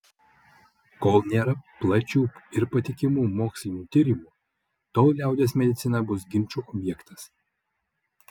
kol nėra plačių ir patikimų mokslinių tyrimų tol liaudies medicina bus ginčų objektas